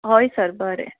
हय सर बरें